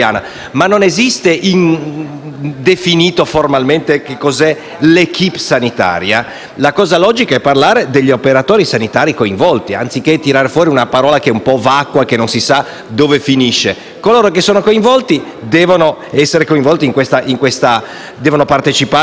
e, quindi, la cosa logica è parlare di «operatori sanitari coinvolti»; anziché tirar fuori una parola un po' vacua che non si sa dove finisce. Coloro che sono coinvolti devono partecipare a questa informazione; quelli che non sono coinvolti no. Sembrerebbe una cosa ovvia.